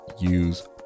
use